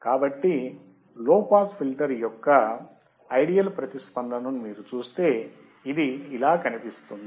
కాబట్టి low pass filter యొక్క ideal ప్రతిస్పందనను మీరు చూస్తే ఇది ఇలా కనిపిస్తుంది